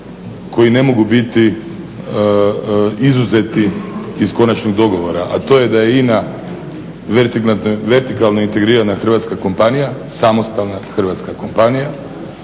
koji ne mogu biti izuzeti iz konačnog dogovora, a to je da je INA vertikalno integrirana hrvatska kompanija, samostalna hrvatska kompanija,